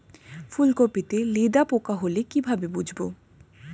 ফুলকপিতে লেদা পোকা হলে কি ভাবে বুঝবো?